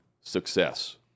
success